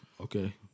okay